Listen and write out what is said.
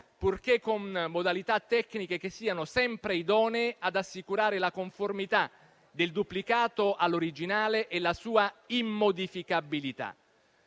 purché con modalità tecniche che siano sempre idonee ad assicurare la conformità del duplicato all'originale e la sua immodificabilità.